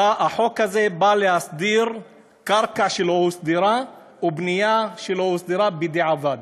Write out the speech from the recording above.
החוק הזה בא להסדיר קרקע שלא הוסדרה ובנייה שלא הוסדרה בדיעבד.